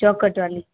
चौखट वाली